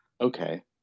okay